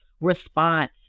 response